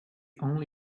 only